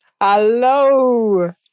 Hello